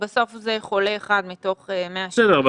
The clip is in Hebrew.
אבל בסוף זה חולה אחד מתוך 170. בסדר,